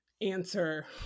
answer